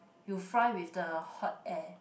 you fry with the hot air